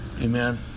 Amen